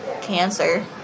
cancer